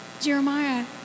Jeremiah